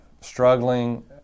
struggling